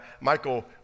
Michael